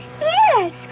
yes